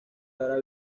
ahora